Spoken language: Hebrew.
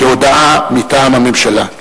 כהודעה מטעם הממשלה.